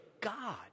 God